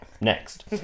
Next